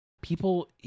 people